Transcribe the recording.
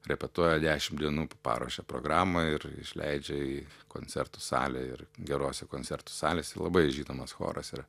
repetuoja dešimt dienų paruošia programą ir išleidžia į koncertų salę ir gerose koncertų salėse labai žinomas choras yra